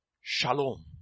shalom